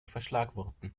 verschlagworten